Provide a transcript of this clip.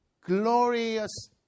glorious